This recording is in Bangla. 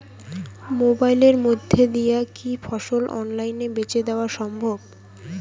মোবাইলের মইধ্যে দিয়া কি ফসল অনলাইনে বেঁচে দেওয়া সম্ভব?